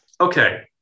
Okay